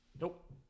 Nope